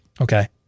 Okay